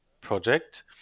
project